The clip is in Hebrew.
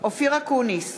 אופיר אקוניס,